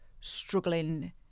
struggling